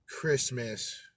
Christmas